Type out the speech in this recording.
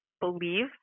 believe